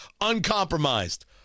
uncompromised